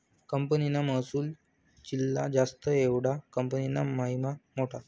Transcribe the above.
कंपनीना महसुल जित्ला जास्त तेवढा कंपनीना महिमा मोठा